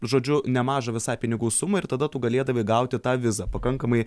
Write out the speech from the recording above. žodžiu nemažą visai pinigų sumą ir tada tu galėdavai gauti tą vizą pakankamai